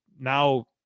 now